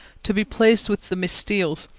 to be pleased with the miss steeles,